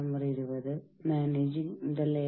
നമുക്ക് അതിലേക്ക് കടക്കാം